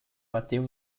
bateu